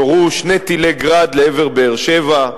נורו שני טילי "גראד" לעבר באר-שבע.